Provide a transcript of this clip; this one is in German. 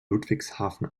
ludwigshafen